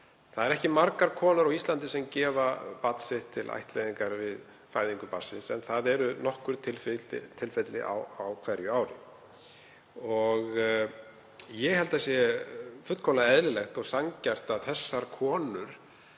Það eru ekki margar konur á Íslandi sem gefa barn sitt til ættleiðingar við fæðingu en það eru nokkur tilfelli á hverju ári. Ég held að það sé fullkomlega eðlilegt og sanngjarnt að þessar konur